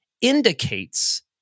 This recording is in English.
indicates